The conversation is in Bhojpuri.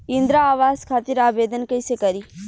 इंद्रा आवास खातिर आवेदन कइसे करि?